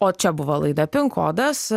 o čia buvo laida pin kodas